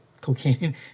cocaine